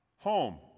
home